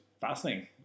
fascinating